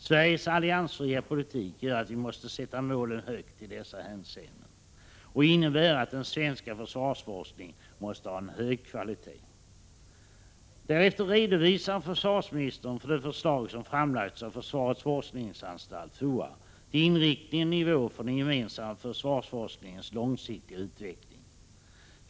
Sveriges alliansfria politik gör att vi måste sätta målen högt i dessa hänseenden och innebär att den svenska försvarsforskningen måste ha hög kvalitet.” Efter denna redovisning i betänkandet av vad försvarsministern har sagt i propositionen kan man läsa följande: ”Därefter redovisar försvarsministern de förslag som framlagts av försvarets forskningsanstalt till inriktning och nivå för den gemensamma försvarsforskningens långsiktiga utveckling.